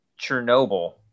chernobyl